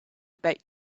about